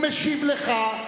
הוא משיב לך.